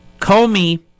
Comey